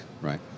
right